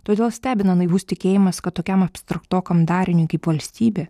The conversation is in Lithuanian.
todėl stebina naivus tikėjimas kad tokiam abstraktokam dariniui kaip valstybė